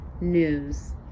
news